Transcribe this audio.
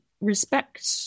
respect